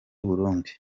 burundi